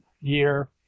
year